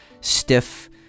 stiff